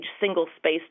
single-space